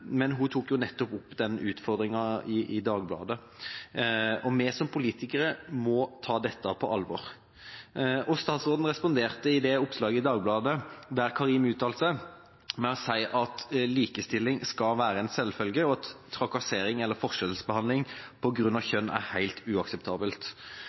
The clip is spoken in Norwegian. Dagbladet. Vi som politikere må ta dette på alvor. Statsråden responderte i det oppslaget i Dagbladet der Karim uttalte seg, med å si at likestilling skal være en selvfølge, og at trakassering eller forskjellsbehandling